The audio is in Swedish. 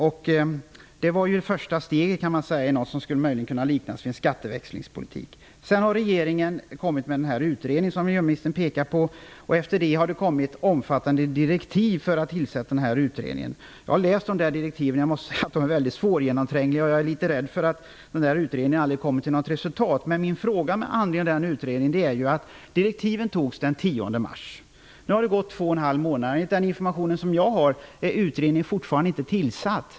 Man kan säga att den var första steget i något som möjligen skulle kunna liknas vid en skatteväxlingspolitik. Sedan har regeringen aviserat den utredning som miljöministern har pekat på, och regeringen har lagt fram omfattande direktiv för dess arbete. Jag har läst dessa direktiv, och jag måste säga att de är mycket svårgenomträngliga. Jag är litet rädd för att denna utredning aldrig skall komma fram till något resultat. Jag vill ställa en fråga med anledning av denna utredning. Direktiven antogs den 10 mars. Det har nu gått två och en halv månad, och enligt den information som jag har är utredningen ännu inte tillsatt.